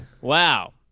wow